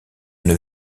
une